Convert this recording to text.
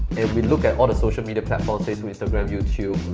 and we look at all the social media platforms facebook, instagram, youtube,